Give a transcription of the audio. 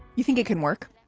you think it can work?